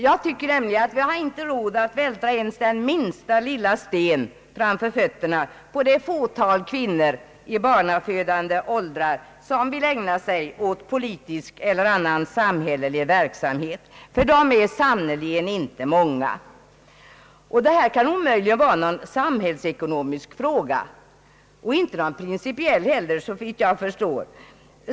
Jag tycker att vi inte har råd att vältra ens den minsta lilla sten framför fötterna på det fåtal kvinnor i barnafödande åldrar, som vill ägna sig åt politisk eller annan samhällelig verksamhet. De är sannerligen inte många. Detta kan omöjligen vara någon samhällsekonomisk fråga och inte heller någon principiell fråga, såvitt jag förstår.